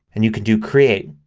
and you can do create.